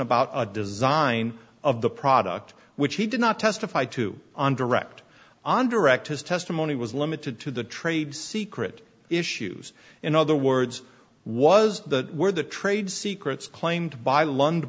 about the design of the product which he did not testify to on direct on direct his testimony was limited to the trade secret issues in other words was that where the trade secrets claimed by